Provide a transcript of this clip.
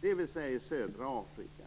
dvs. i södra Afrika.